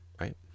right